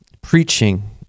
preaching